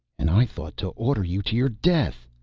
and i thought to order you to your death.